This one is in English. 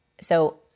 So-